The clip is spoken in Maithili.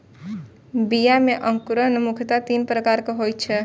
बीया मे अंकुरण मुख्यतः तीन प्रकारक होइ छै